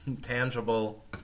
tangible